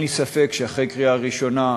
אין לי ספק שאחרי הקריאה הראשונה,